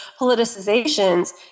politicizations